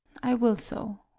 i will so.